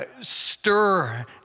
stir